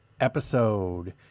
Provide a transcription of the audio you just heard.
episode